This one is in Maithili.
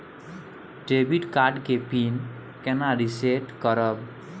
डेबिट कार्ड के पिन केना रिसेट करब?